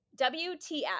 WTF